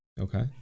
Okay